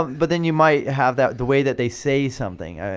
but then you might have that the way that they say something.